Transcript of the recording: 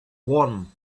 warm